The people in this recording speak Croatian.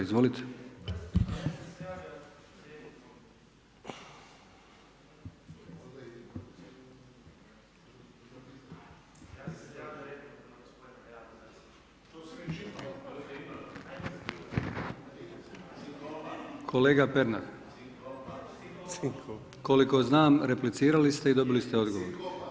Izvolite. … [[Govornici govore u glas, ne razumije se.]] Kolega Pernar, koliko znam, replicirali ste i dobili ste odgovor.